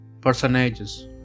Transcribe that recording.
personages